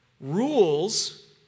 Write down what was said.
rules